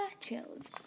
chills